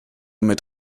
mit